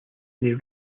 they